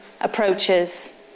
approaches